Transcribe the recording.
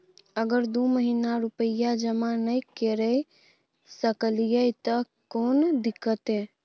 अगर दू महीना रुपिया जमा नय करे सकलियै त कोनो दिक्कतों?